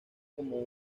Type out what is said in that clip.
como